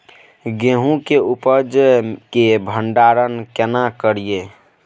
गेहूं के उपज के भंडारन केना करियै?